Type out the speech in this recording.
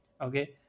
okay